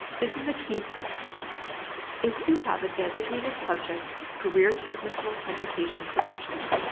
this is a key point if you have a designated subjects career technical education credential,